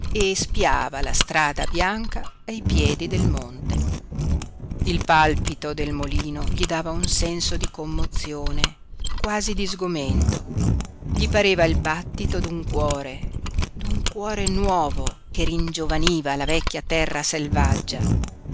e spiava la strada bianca ai piedi del monte il palpito del molino gli dava un senso di commozione quasi di sgomento gli pareva il battito d'un cuore d'un cuore nuovo che ringiovaniva la vecchia terra selvaggia